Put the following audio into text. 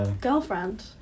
girlfriend